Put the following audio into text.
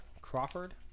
Crawford